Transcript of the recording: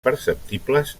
perceptibles